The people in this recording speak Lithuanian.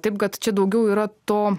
taip kad čia daugiau yra to